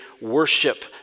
worship